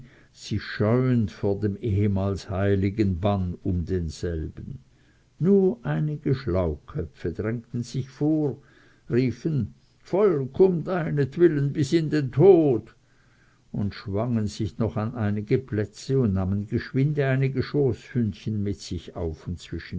sich scheuend vor dem ehemals heiligen bann um denselben nur einige schlauköpfe drängten sich vor riefen voll um deinetwillen bis in den tod und schwangen sich noch an einige plätze und nahmen geschwinde einige schoßhündchen mit sich auf und zwischen